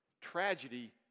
tragedy